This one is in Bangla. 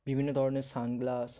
বিভিন্ন ধরনের সানগ্লাস